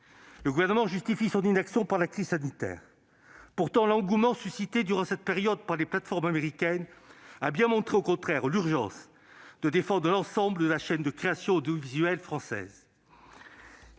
Le Gouvernement justifie son inaction par la crise sanitaire. Pourtant, l'engouement suscité durant cette période par les plateformes américaines a bien montré l'urgence de défendre l'ensemble de la chaîne de création audiovisuelle française.